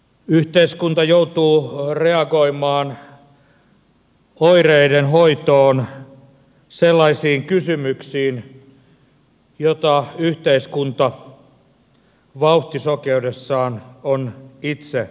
yhteiskunta joutuu reagoimaan oireiden hoitoon sellaisiin kysymyksiin joita yhteiskunta vauhtisokeudessaan on itse aiheuttanut